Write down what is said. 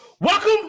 Welcome